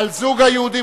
עצרתי את השעון.